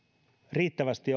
riittävästi